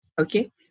Okay